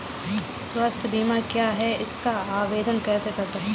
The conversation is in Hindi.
स्वास्थ्य बीमा क्या है हम इसका आवेदन कैसे कर सकते हैं?